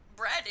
Bread